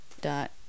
dot